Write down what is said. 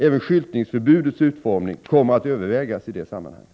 Även skyltningsförbudets utformning kommer att övervägas i det sammanhanget.